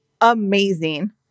amazing